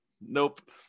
Nope